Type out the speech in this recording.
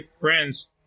friends